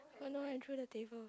oh no I threw the table